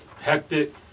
Hectic